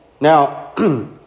Now